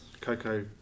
Coco